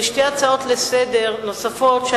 יש שתי הצעות נוספות לסדר-היום,